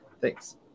Thanks